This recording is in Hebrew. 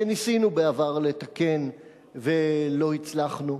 שניסינו בעבר לתקן ולא הצלחנו,